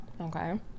okay